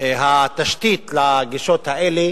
התשתית לגישות האלה